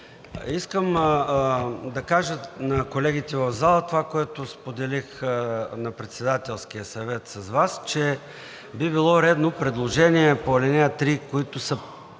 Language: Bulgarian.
Искам да кажа на колегите в залата това, което споделих на Председателския съвет с Вас, че би било редно предложения по ал. 3, които са приети